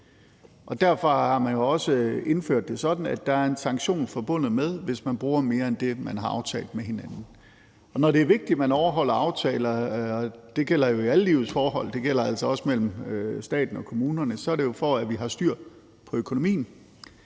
derfor har man jo også indført, at der er en sanktion forbundet med det, hvis man bruger mere end det, man har aftalt med hinanden. Og når det er vigtigt, at man overholder aftaler – det gælder jo i alle livets forhold, og det gælder altså også mellem staten og kommunerne – så er det jo, for at vi har styr på økonomien.